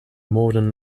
modern